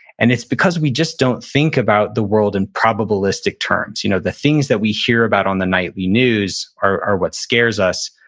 and it's because we just don't think about the world in probabilistic terms. you know the things that we hear about on the nightly news are what scares us.